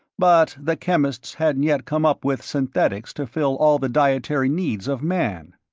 but the chemists hadn't yet come up with synthetics to fill all the dietary needs of man.